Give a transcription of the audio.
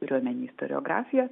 turiu omeny istoriografiją